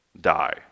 die